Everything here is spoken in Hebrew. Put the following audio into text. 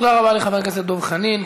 תודה רבה לחבר הכנסת דב חנין.